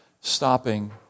stopping